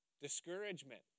Discouragement